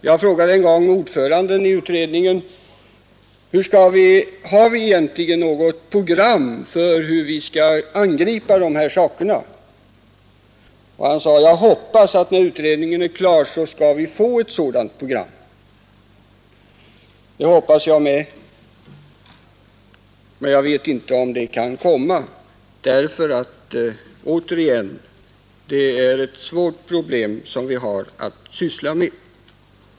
Jag frågade en gång ordföranden i alkoholpolitiska utredningen: Har vi egentligen något program för hur vi skall angripa de här sakerna? Han svarade att han hoppades att när utredningen är klar skall vi få ett sådant program. Det hoppas jag också, men jag vet inte om det kan komma, därför att — jag upprepar detta — det är ett svårt problem som vi har att syssla med.